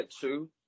two